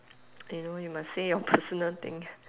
you know you must say your personal thing